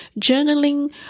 journaling